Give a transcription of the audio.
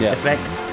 effect